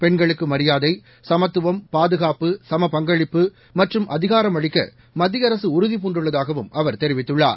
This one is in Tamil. பெண்களுக்கு மரியாதை சமத்துவம் பாதுகாப்பு சம பங்களிப்பு மற்றும் அதிகாரமளிக்க மத்திய அரக உறுதிபூண்டுள்ளதாகவும் அவர் தெரிவித்துள்ளார்